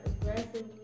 aggressively